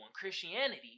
Christianity